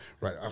Right